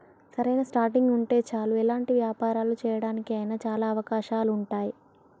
సరైన స్టార్టింగ్ ఉంటే చాలు ఎలాంటి వ్యాపారాలు చేయడానికి అయినా చాలా అవకాశాలు ఉంటాయి